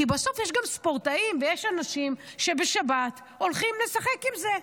כי בסוף יש גם ספורטאים ויש אנשים שבשבת הולכים לשחק עם זה,